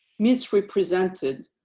miss we presented